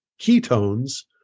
ketones